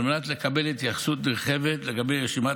על מנת לקבל התייחסות נרחבת לגבי רשימת